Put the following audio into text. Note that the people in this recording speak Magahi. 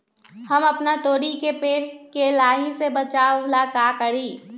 हम अपना तोरी के पेड़ के लाही से बचाव ला का करी?